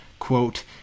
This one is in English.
quote